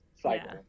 cycle